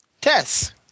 Tess